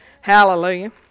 Hallelujah